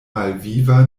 malviva